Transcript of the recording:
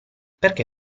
perché